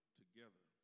together